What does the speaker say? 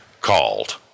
called